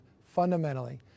fundamentally